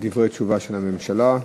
דברי תשובה של הממשלה.